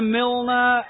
Milner